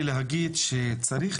רק